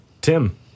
Tim